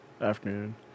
afternoon